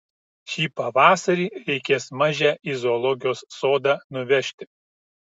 šį pavasarį reikės mažę į zoologijos sodą nuvežti